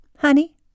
Honey